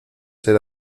ser